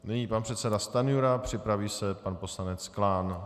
Nyní pan předseda Stanjura, připraví se pan poslanec Klán.